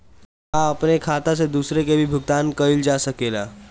का अपने खाता से दूसरे के भी भुगतान कइल जा सके ला?